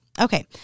Okay